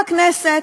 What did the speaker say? בכנסת.